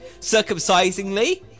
circumcisingly